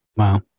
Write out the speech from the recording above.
Wow